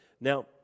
Now